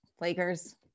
Lakers